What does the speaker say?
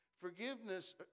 Forgiveness